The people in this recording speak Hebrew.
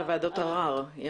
ועדות ערר.